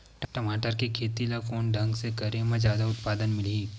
टमाटर के खेती ला कोन ढंग से करे म जादा उत्पादन मिलही?